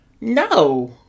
No